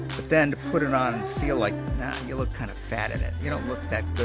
but then to put it on and feel like, nah, you look kind of fat in it, you don't look that